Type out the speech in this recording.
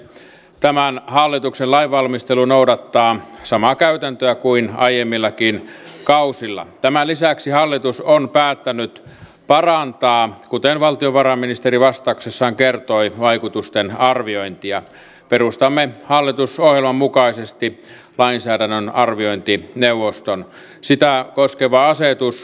tämän hallituksen lainvalmistelu noudattaa samaa käytäntöä kysyin ryhmäkansliasta paljonko valtiovarainministeriön hallinnonalan budjetissa on päättänyt parantaa kuten valtiovarainministeri vastauksessaan kertoi vaikutusten arviointia perustamme hallitusohjelman mukaisesti lainsäädännön arviointi neuvoston siltaa koskeva maahanmuuttoon